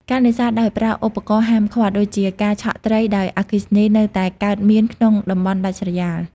ការនេសាទដោយប្រើ ឧបករណ៍ហាមឃាត់ ដូចជាការឆក់ត្រីដោយអគ្គិសនីនៅតែកើតមានក្នុងតំបន់ដាច់ស្រយាល។